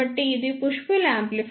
కాబట్టి ఇది push pull amplifier